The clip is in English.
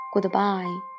Goodbye